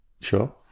Sure